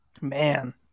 Man